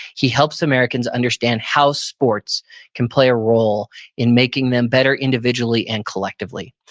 he helps americans understand how sports can play a role in making them better individually and collectively.